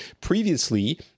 Previously